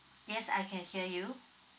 yes I can hear you